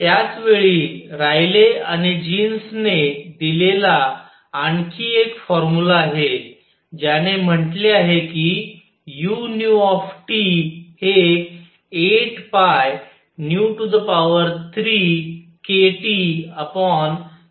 त्याच वेळी रायले आणि जीन्सने दिलेला आणखी एक फॉर्म्युला आहे ज्याने म्हटले आहे की u हे 8π3kTc3 आहे